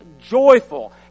joyful